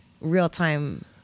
real-time